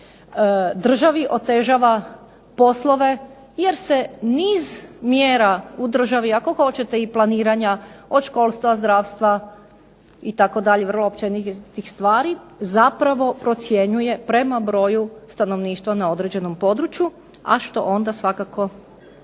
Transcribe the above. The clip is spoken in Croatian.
državi otežava poslove jer se niz mjera u državi, ako hoćete i planiranja od školstva, zdravstva, itd., vrlo općenitih stvari, zapravo procjenjuje prema broju stanovništva na određenom području, a što onda svakako